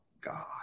God